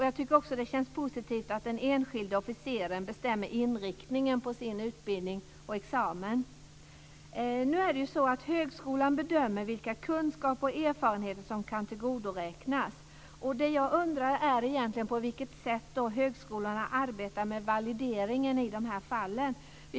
Jag tycker att det känns positivt att den enskilde officeraren bestämmer inriktningen på sin utbildning och examen. Högskolan bedömer vilka kunskaper och erfarenheter som kan tillgodoräknas. Jag undrar på vilket sätt högskolorna arbetar med valideringen i dessa fall.